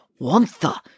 Wantha